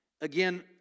Again